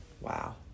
Wow